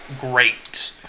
great